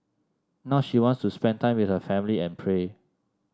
now she wants to spend time with her family and pray